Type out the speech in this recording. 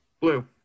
blue